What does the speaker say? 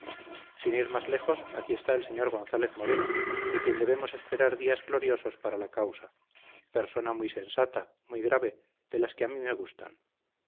sin ir más lejos aquí está el sr gonzález moreno de quien debemos esperar días gloriosos para la causa persona muy sensata muy grave de las que a mí me gustan